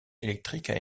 électriques